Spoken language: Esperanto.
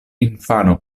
infano